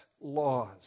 laws